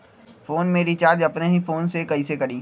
Phone में recharge अपने ही फ़ोन से कईसे करी?